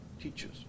teaches